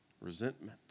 resentment